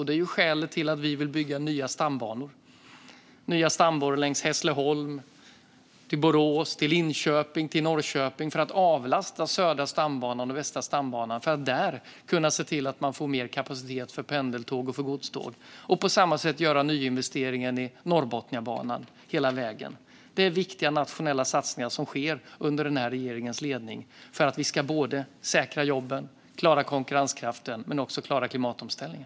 Det är skälet till att vi vill bygga nya stambanor längs Hässleholm, till Borås, till Linköping och till Norrköping för att avlasta Södra stambanan och Västra stambanan och där kunna se till att man får mer kapacitet för pendeltåg och godståg samt på samma sätt göra nyinvesteringen i Norrbotniabanan hela vägen. Det är viktiga nationella satsningar som sker under den här regeringens ledning för att vi ska säkra jobben och klara konkurrenskraften men också klara klimatomställningen.